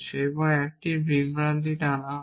এবং 1টি বিভ্রান্তি টানা হবে